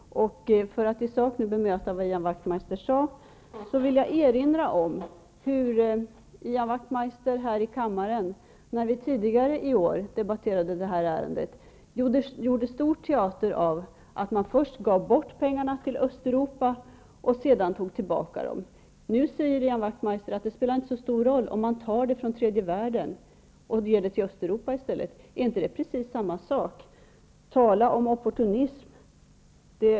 För att i sak bemöta vad Ian Wachtmeister sade vill jag erinra om hur Ian Wachtmeister här i kammaren, när vi tidigare i år debatterade det här ärendet, gjorde stor teater av att man först gav bort pengarna till Östeuropa och sedan tog tillbaka dem. Nu säger Ian Wachtmeister att det inte spelar så stor roll om man tar dem från tredje världen och ger dem till Östeuropa i stället. Är det inte precis samma sak? Ian Wachtmeister talar om opportunism.